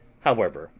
however,